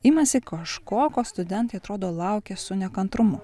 imasi kažko ko studentai atrodo laukia su nekantrumu